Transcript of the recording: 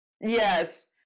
Yes